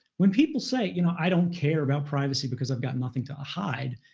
when people say, you know, i don't care about privacy because i've got nothing to hide,